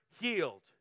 healed